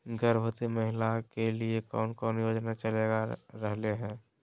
गर्भवती महिला के लिए कौन कौन योजना चलेगा रहले है?